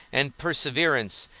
and perseverance,